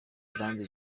iranzi